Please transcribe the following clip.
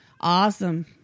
Awesome